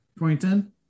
2010